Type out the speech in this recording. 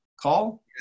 call